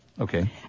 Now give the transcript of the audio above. Okay